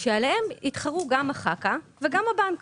ועליהם יתחרו גם חברות כרטיסי האשראי וגם הבנק.